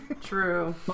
true